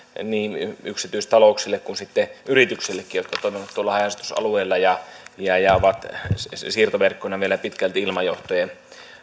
niin yksityistalouksille kuin sitten yrityksillekin jotka toimivat tuolla haja asutusalueilla ja ja ovat siirtoverkossa vielä pitkälti ilmajohtojen